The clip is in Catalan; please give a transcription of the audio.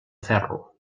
ferro